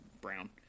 brown